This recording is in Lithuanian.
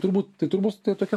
turbūt tai turbūt tokia